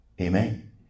Amen